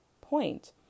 Point